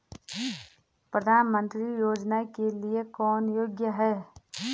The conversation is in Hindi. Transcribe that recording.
प्रधानमंत्री योजना के लिए कौन योग्य है?